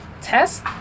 test